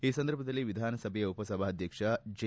ಈ ಸಂದರ್ಭದಲ್ಲಿ ವಿಧಾನಸಭೆಯ ಉಪಸಭಾಧ್ಯಕ್ಷ ಜೆ